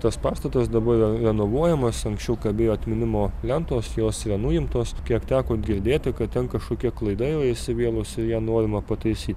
tas pastatas dabar yra renovuojamas anksčiau kabėjo atminimo lentos jos yra nuimtos kiek teko girdėti kad ten kažkokia klaida jau yra įsivėlusi ją norima pataisyt